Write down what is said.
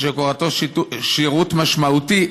שכותרתו "שירות משמעותי",